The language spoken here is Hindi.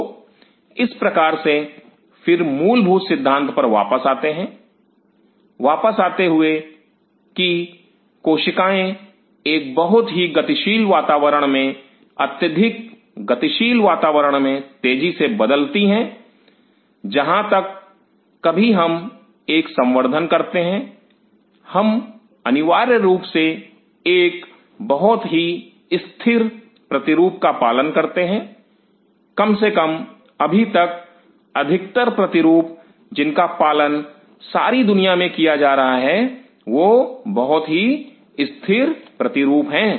तो एक तरह से फिर मूलभूत सिद्धांत पर वापस आते हुए कि कोशिकाएं एक बहुत ही गतिशील वातावरण में अत्यधिक गतिशील वातावरण में तेजी से बदलती हैं जहां तक जब कभी हम एक संवर्धन करते हैं हम अनिवार्य रूप से एक बहुत ही स्थिर प्रतिरूप का पालन करते हैं कम से कम अभी तक अधिकतर प्रतिरूप जिनका पालन सारी दुनिया में किया जा रहा है बहुत ही स्थिर प्रतिरूप हैं